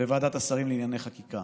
בוועדת השרים לענייני חקיקה.